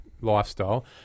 lifestyle